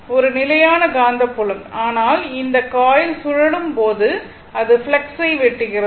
ஒரு நிலையான காந்தப்புலம் ஆனால் இந்த காயில் சுழலும் போது அது ஃப்ளக்ஸை வெட்டுகிறது